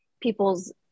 people's